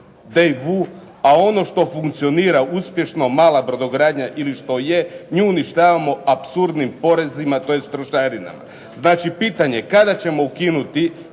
Daewoo a ono što funkcionira uspješno mala brodogradnja ili što je nju uništavamo apsurdnim porezima, tj. trošarinama. Znači, pitanje kada ćemo ukinuti